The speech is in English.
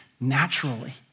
naturally